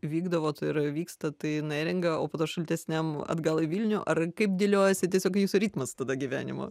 vykdavot ir vykstat į neringą o po to šaltesniam atgal į vilnių ar kaip dėliojasi tiesiog jūsų ritmas tada gyvenimo